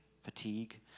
fatigue